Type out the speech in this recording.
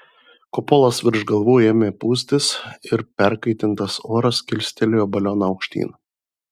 kupolas virš galvų ėmė pūstis ir perkaitintas oras kilstelėjo balioną aukštyn